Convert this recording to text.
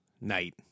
night